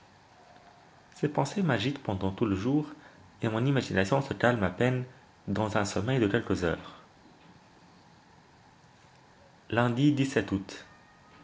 ces pensées m'agitent pendant tout le jour et mon imagination se calme à peine dans un sommeil de quelques heures lundi août